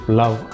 love